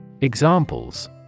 Examples